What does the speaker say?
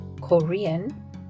Korean